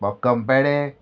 बोक्कमपेडे